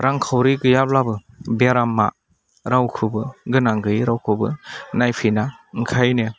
रांखावरि गैयाब्लाबो बेरामा रावखौबो गोनां गैयै रावखौबो नायफिना ओंखायनो